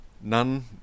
None